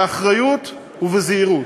באחריות ובזהירות,